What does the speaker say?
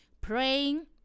praying